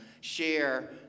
share